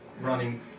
running